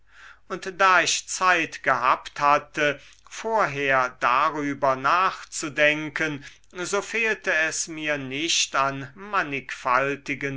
und da ich zeit gehabt hatte vorher darüber nachzudenken so fehlte es mir nicht an mannigfaltigen